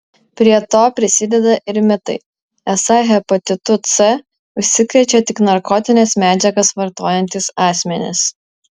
prie to prisideda ir mitai esą hepatitu c užsikrečia tik narkotines medžiagas vartojantys asmenys